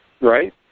right